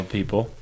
people